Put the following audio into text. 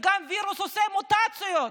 שווירוס עושה מוטציות,